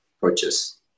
purchase